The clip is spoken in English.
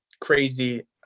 crazy